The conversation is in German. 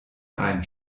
ein